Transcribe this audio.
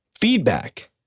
feedback